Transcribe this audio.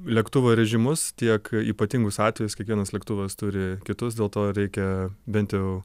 lėktuvo režimus tiek ypatingus atvejus kiekvienas lėktuvas turi kitus dėl to reikia bent jau